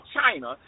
China